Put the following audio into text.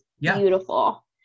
beautiful